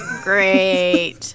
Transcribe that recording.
great